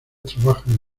trabajan